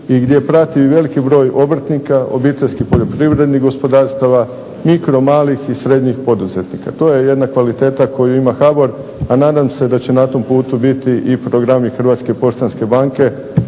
i gdje prati veliki broj obrtnika, obiteljskih poljoprivrednih gospodarstava, mikro malih i srednjih poduzetnika. To je jedna kvaliteta koju ima HBOR, a nadam se da će na tom putu biti i programi Hrvatske poštanske banke,